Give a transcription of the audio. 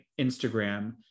Instagram